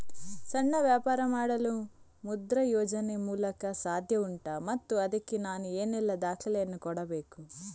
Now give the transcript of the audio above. ಸಣ್ಣ ವ್ಯಾಪಾರ ಮಾಡಲು ಮುದ್ರಾ ಯೋಜನೆ ಮೂಲಕ ಸಾಧ್ಯ ಉಂಟಾ ಮತ್ತು ಅದಕ್ಕೆ ನಾನು ಏನೆಲ್ಲ ದಾಖಲೆ ಯನ್ನು ಕೊಡಬೇಕು?